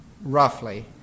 roughly